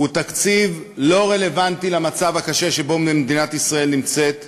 הוא תקציב שאינו רלוונטי למצב הקשה שמדינת ישראל נמצאת בו,